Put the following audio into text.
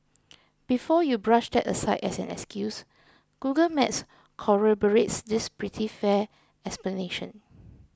before you brush that aside as an excuse Google Maps corroborates this pretty fair explanation